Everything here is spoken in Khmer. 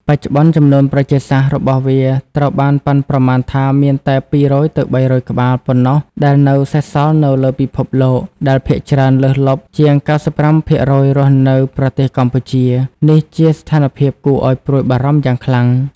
បច្ចុប្បន្ន ចំនួនប្រជាសាស្ត្ររបស់វាត្រូវបានប៉ាន់ប្រមាណថាមានតែ ២០០ ទៅ ៣០០ ក្បាល ប៉ុណ្ណោះដែលនៅសេសសល់នៅលើពិភពលោក ដែលភាគច្រើនលើសលប់ ជាង ៩៥% រស់នៅប្រទេសកម្ពុជា នេះជាស្ថានភាពគួរឲ្យព្រួយបារម្ភយ៉ាងខ្លាំង។